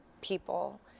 people